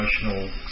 emotional